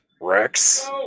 Rex